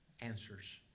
answers